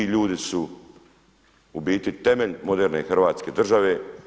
I ti ljudi su u biti temelj moderne Hrvatske države.